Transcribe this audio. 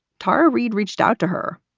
tara reid reached out to her,